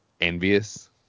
envious